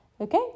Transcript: Okay